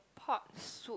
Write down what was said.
pot soup